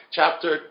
Chapter